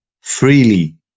freely